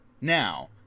Now